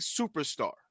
superstar